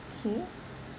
K